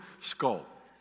skull